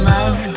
Love